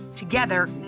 Together